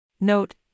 Note